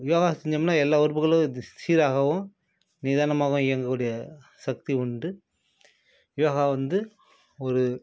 யோகா செஞ்சோம்னால் எல்லா உறுப்புகளும் சீராகவும் நிதானமாகவும் இயங்கக்கூடிய சக்தி உண்டு யோகா வந்து ஒரு